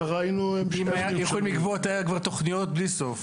ככה היינו --- אם הם היו יכולים לגבות היה כבר תכניות בלי סוף.